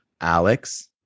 Alex